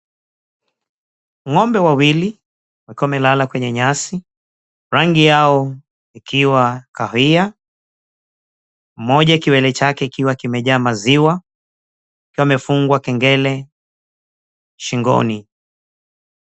Ng'ombe wawili wakiwa wamelala kwenye nyasi, rangi yao ikiwa kahawia. Mmoja kiwele chake kikiwa kimejaa maziwa, amefungwa kengele shingoni.